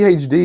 PhD